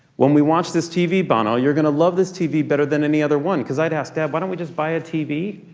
when we watch this tv but you're gonna love this tv better than any other one. because i'd ask dad, why don't we just buy a tv?